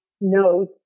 knows